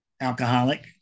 alcoholic